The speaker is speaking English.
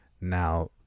now